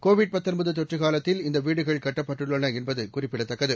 Covid தொற்றுகாலத்தில் இந்தவீடுகள் கட்டப்பட்டுள்ளனஎன்பதுகுறிப்பிடத்தக்கது